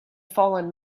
fallen